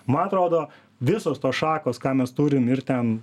man atrodo visos tos šakos ką mes turim ir ten